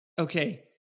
okay